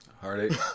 Heartache